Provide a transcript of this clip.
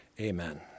Amen